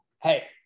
Hey